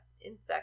insects